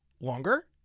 longer